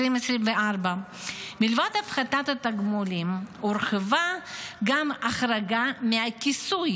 2024. מלבד הפחתת התגמולים הורחבה גם החרגה מהכיסוי